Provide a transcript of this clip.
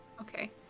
Okay